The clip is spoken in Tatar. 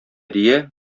дия